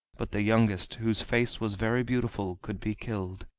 but the youngest, whose face was very beautiful, could be killed,